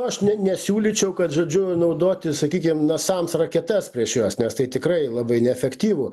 aš ne nesiūlyčiau kad žodžiu naudoti sakykim nasams raketas prieš juos nes tai tikrai labai neefektyvu